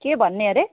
के भन्ने हरे